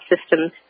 systems